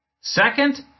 Second